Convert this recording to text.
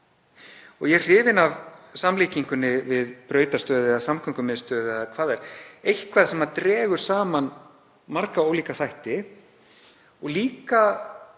Ég er hrifinn af samlíkingunni við brautarstöð eða samgöngumiðstöð eða hvað það er, eitthvað sem dregur saman marga ólíka þætti og líka